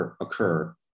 occur